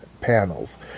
panels